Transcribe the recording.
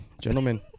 gentlemen